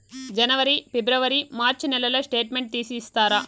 జనవరి, ఫిబ్రవరి, మార్చ్ నెలల స్టేట్మెంట్ తీసి ఇస్తారా?